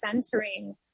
centering